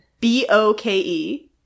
B-O-K-E